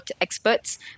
experts